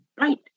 Right